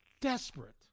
desperate